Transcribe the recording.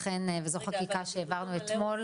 וזו חקיקה שהעברנו אתמול.